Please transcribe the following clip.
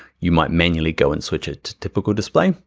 you might manually go and switch it to typical display.